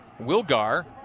Wilgar